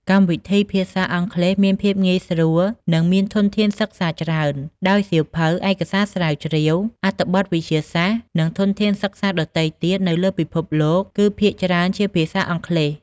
កម្មវិធីភាសាអង់គ្លេសមានភាពងាយស្រួលនិង មានធនធានសិក្សាច្រើន ដោយសៀវភៅ ឯកសារស្រាវជ្រាវ អត្ថបទវិទ្យាសាស្ត្រ និងធនធានសិក្សាដទៃទៀតនៅលើពិភពលោកគឺភាគច្រើនជាភាសាអង់គ្លេស។